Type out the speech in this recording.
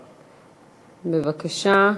בבקשה.